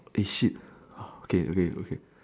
eh shit orh okay okay okay